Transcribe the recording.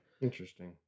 Interesting